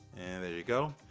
and there you go.